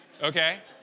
Okay